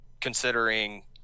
considering